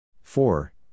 four